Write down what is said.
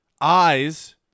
eyes